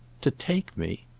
to take me?